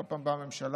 בכל פעם באה הממשלה,